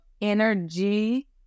energy